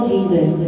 Jesus